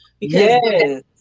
Yes